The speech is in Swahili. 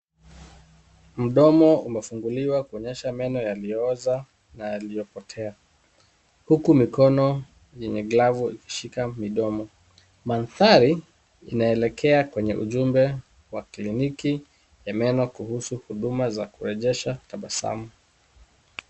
Mdomo umefunguliwa kuonyesha meno yaliyo oza na yaliyo potea. Huku. mikono yenye glavu ikishika midomo. Manthari inaelekea kwenye ujumbe wa kliniki ya meno kuhusu huduma za kurejesha tabasamu.